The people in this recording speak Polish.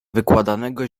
wykładanego